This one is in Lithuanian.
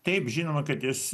taip žinoma kad jis